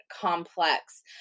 complex